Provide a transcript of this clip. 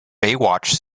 baywatch